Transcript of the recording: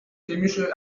chemische